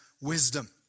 wisdom